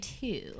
two